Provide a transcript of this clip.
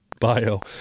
bio